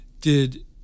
Did-